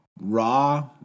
raw